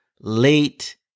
late